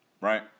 Right